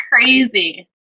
crazy